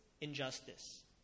injustice